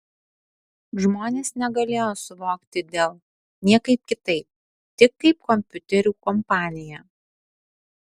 žmonės negalėjo suvokti dell niekaip kitaip tik kaip kompiuterių kompaniją